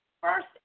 first